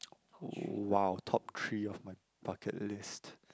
!wow! top three of my bucket list